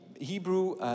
Hebrew